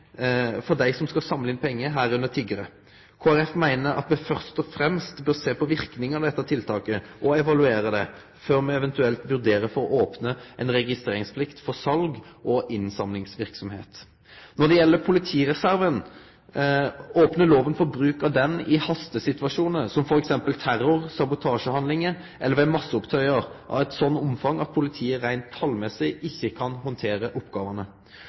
meiner at ein fyrst og fremst bør sjå på verknadene av tiltaket og evaluere det, før me eventuelt vurderer å opne for ei registreringsplikt for sals- og innsamlingsverksemd. Når det gjeld politireserven, opnar lova for bruk av han i hastesituasjonar som f.eks. terror- og sabotasjehandlingar eller ved massopptøyar av eit slikt omfang at politiet reint talmessig ikkje kan handtere oppgåvene.